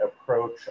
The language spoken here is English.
approach